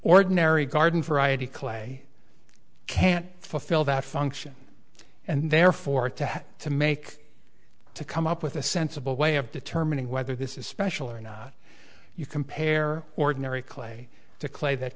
ordinary garden variety clay can't fulfill that function and therefore to have to make to come up with a sensible way of determining whether this is special or not you compare ordinary clay to clay that